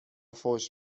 فحش